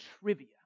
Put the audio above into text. trivia